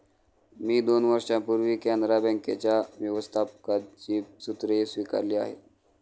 मी दोन वर्षांपूर्वी कॅनरा बँकेच्या व्यवस्थापकपदाची सूत्रे स्वीकारली आहेत